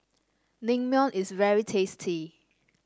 Naengmyeon is very tasty